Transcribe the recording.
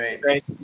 Great